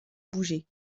bouger